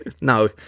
No